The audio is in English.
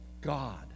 God